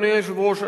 אדוני היושב-ראש,